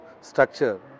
structure